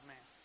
Man